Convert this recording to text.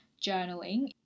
journaling